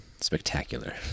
Spectacular